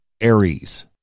Aries